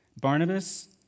Barnabas